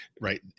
right